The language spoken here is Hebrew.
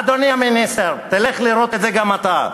אדוני המיניסטר, תלך לראות את זה גם אתה.